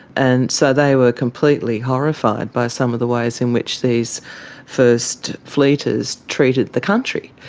and so they were completely horrified by some of the ways in which these first fleeters treated the country.